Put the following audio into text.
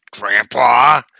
Grandpa